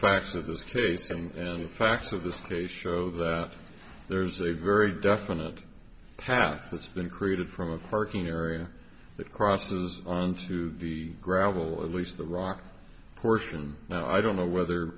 facts of this case and the facts of this case show that there's a very definite path that's been created from a parking area that crosses onto the gravel at least the rock portion i don't know whether